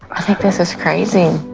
this is crazy,